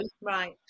right